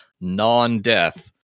non-death